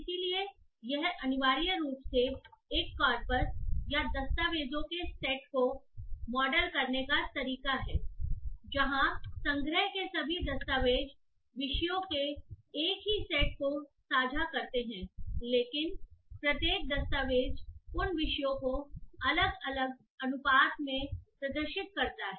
इसलिए यह अनिवार्य रूप से एक कॉर्पस या दस्तावेजों के सेट को मॉडल करने का एक तरीका है जहां संग्रह के सभी दस्तावेज विषयों के एक ही सेट को साझा करते हैंलेकिन प्रत्येक दस्तावेज़ उन विषयों को अलग अलग अनुपात में प्रदर्शित करता है